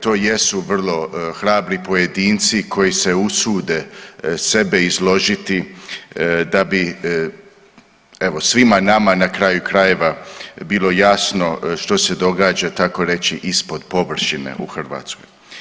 To jesu vrlo hrabri pojedinci koji se usude sebe izložiti da bi evo svima nama na kraju krajeva bilo jasno što se događa tako reći ispod površine u Hrvatskoj.